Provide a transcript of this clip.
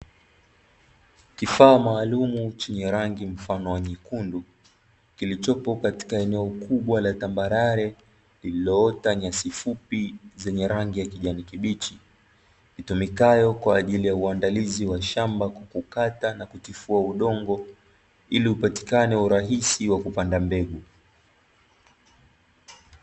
Kifaa maalum chenye rangi mfano wa nyekundu, kilichopo katika eneo kubwa la tambalale. Liloota nyasi fupi zenye rangi ya kijani kibichi itumikayo kwa ajili ya uandalizi shamba kwa kukata na kutifua udongo ili upatikane urahisi wa kupanda mbegu.